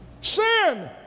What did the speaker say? Sin